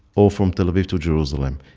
or from tel aviv to jerusalem.